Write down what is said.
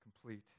complete